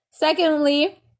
Secondly